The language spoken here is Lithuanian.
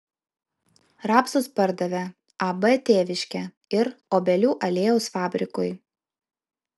rapsus pardavė ab tėviškė ir obelių aliejaus fabrikui